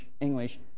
English